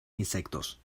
insectos